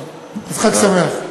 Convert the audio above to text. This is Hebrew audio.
אז חג שמח.